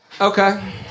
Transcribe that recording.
okay